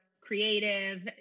creative